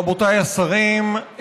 רבותיי השרים,